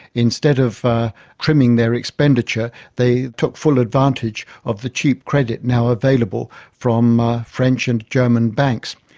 instead of trimming their expenditure they took full advantage of the cheap credit now available from french and german banks.